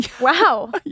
Wow